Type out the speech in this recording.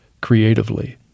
creatively